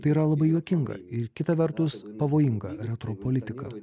tai yra labai juokinga ir kita vertus pavojinga retropolitika